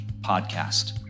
Podcast